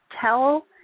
tell